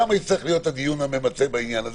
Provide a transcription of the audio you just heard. שם יצטרך להיות הדיון הממצה בעניין הזה.